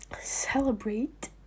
celebrate